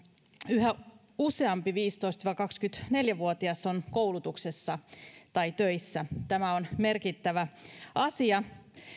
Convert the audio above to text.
yhä useampi viisitoista viiva kaksikymmentäneljä vuotias on koulutuksessa tai töissä tämä on merkittävä asia